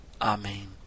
Amen